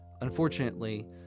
Unfortunately